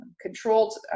controlled